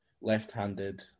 left-handed